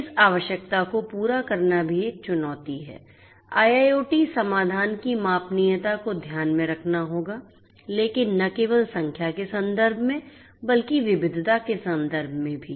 इस आवश्यकता को पूरा करना भी एक चुनौती है IIoT समाधान की मापनीयता को ध्यान में रखना होगा लेकिन न केवल संख्या के संदर्भ में बल्कि विविधता के संदर्भ में भी